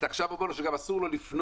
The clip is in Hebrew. אתה עכשיו אומר לו שגם אסור לו לפנות,